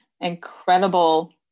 incredible